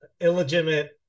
illegitimate